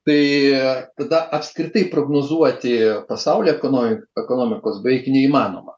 tai tada apskritai prognozuoti pasaulio ekonomiką ekonomikos beveik neįmanoma